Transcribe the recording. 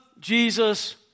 Jesus